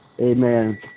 Amen